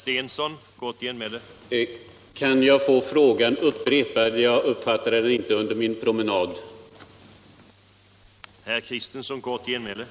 Herr talman! Kan jag få frågan upprepad? Jag uppfattade den inte under min promenad från talarstolen till bänken.